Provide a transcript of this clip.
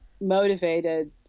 motivated